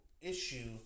issue